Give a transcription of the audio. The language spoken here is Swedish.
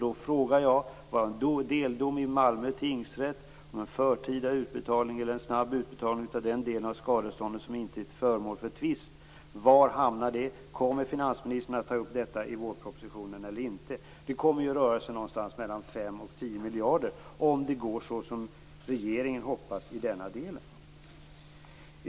Det föreligger en deldom i Malmö tingsrätt om en snabb utbetalning av den delen av skadeståndet som inte är föremål för tvist. Jag frågade var detta kommer att hamna. Kommer finansministern att ta upp detta i vårpropositionen eller inte? Det kommer ju att röra sig om 5-10 miljarder, om det går som regeringen hoppas i denna del.